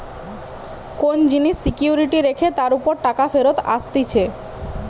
কোন জিনিস সিকিউরিটি রেখে তার উপর টাকা ফেরত আসতিছে